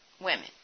women